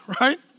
right